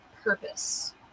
purpose